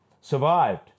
survived